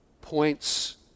points